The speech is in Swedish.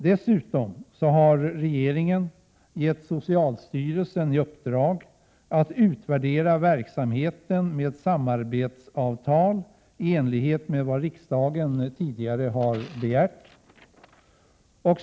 Dessutom har regeringen gett socialstyrelsen i uppdrag att utvärdera verksamheten med samarbetsavtal, i enlighet med vad riksdagen tidigare har begärt.